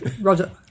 Roger